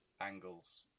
angles